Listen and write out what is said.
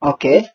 Okay